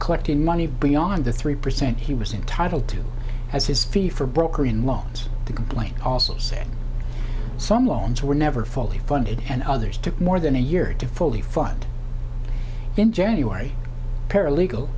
collecting money beyond the three percent he was entitled to as his fee for broker in loans the complaint also said some loans were never fully funded and others to more than a year to fully fund in january paralegal